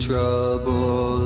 Trouble